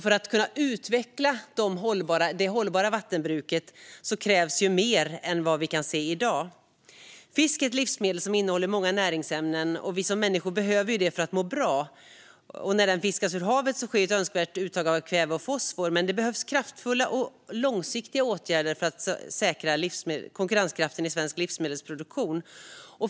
För att kunna utveckla det hållbara vattenbruket krävs mer än vi kan se i dag. Fisk är ett livsmedel som innehåller många näringsämnen som vi människor behöver för att må bra. När den fiskas i havet sker ett önskvärt uttag av kväve och fosfor. Det behövs dock kraftfulla och långsiktiga åtgärder för att säkra konkurrenskraften i svensk livsmedelsproduktion.